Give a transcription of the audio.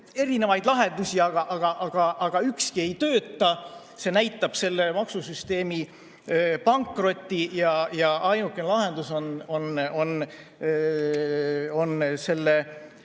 erinevaid lahendusi, aga ükski ei tööta. See näitab selle maksusüsteemi pankrotti. Ainuke lahendus selle